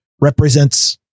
represents